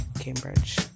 Cambridge